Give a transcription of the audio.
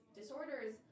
disorders –